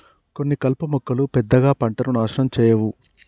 కొన్ని కలుపు మొక్కలు పెద్దగా పంటను నాశనం చేయవు